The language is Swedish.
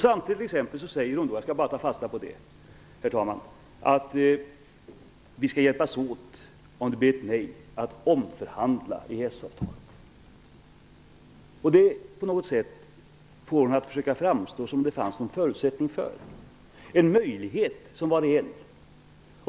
Samtidigt säger hon t.ex. - jag skall bara ta fasta på det, herr talman - att vi om det blir ett nej skall hjälpas åt med att omförhandla EES-avtalet. På något sätt får hon det att framstå som om det finns någon förutsättning för detta, som om det vore en reell möjlighet.